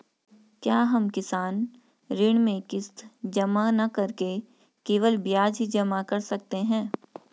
क्या हम किसान ऋण में किश्त जमा न करके केवल ब्याज ही जमा कर सकते हैं?